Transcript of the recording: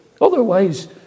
Otherwise